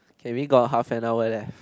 K we got half and hour left